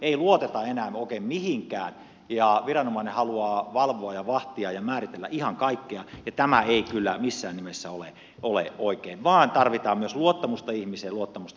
ei luoteta enää oikein mihinkään ja viranomainen haluaa valvoa ja vahtia ja määritellä ihan kaikkea ja tämä ei kyllä missään nimessä ole oikein vaan tarvitaan myös luottamusta ihmiseen luottamusta kansalaiseen